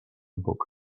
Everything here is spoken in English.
book